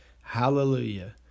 Hallelujah